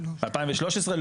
2013?